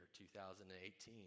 2018